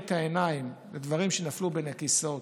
את העיניים בדברים שנפלו בין הכיסאות,